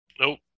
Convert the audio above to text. Nope